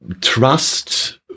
trust